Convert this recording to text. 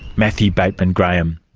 matthew bateman-graham,